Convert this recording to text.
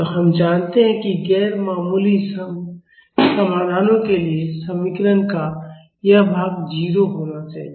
तो हम जानते हैं कि गैर मामूली समाधानों के लिए समीकरण का यह भाग 0 होना चाहिए